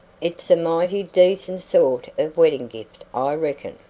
it's a mighty decent sort of wedding gift, i reckon.